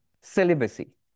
celibacy